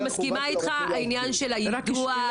אני מסכימה אתך על עניין היידוע,